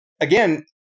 again